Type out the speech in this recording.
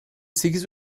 sekiz